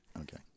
Okay